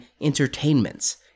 entertainments